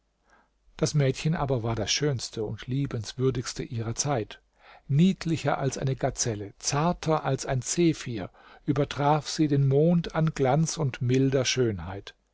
das mädchen aber war das schönste und liebenswürdigste ihrer zeit niedlicher als eine gazelle zarter als ein zephyr übertraf sie den mond an glanz und milder schönheit